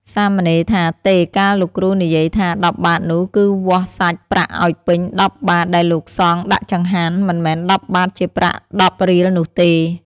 សាមណេរថា "ទេ! កាលលោកគ្រូនិយាយថា ១០ បាទនោះ គឺវាល់សាច់ប្រាក់ឲ្យពេញ ១០ បាត្រដែលលោកសង្ឃដាក់ចង្ហាន់ មិនមែន ១០ បាទ ជាប្រាក់ ១០ រៀលនោះទេ។